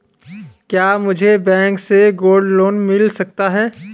क्या मुझे बैंक से गोल्ड लोंन मिल सकता है?